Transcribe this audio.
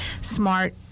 smart